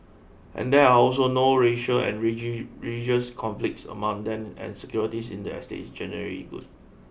and there are also no racial and religious conflicts among them and security in the estates is generally good